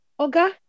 Oga